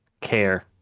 care